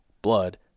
Blood